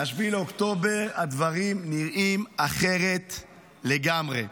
מ-7 באוקטובר הדברים נראים אחרת לגמרי.